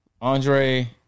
Andre